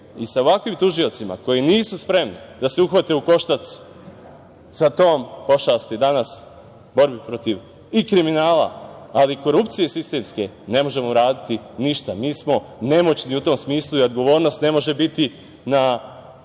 i sa ovakvim tužiocima koji nisu spremni da se uhvate u koštac sa tom pošasti danas, borbi protiv i kriminala i korupcije sistemske, ne možemo uraditi ništa. Mi smo nemoćni u tom smislu i odgovornost ne može biti na